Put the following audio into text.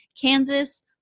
Kansas